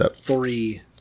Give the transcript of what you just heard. three